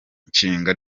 nshinga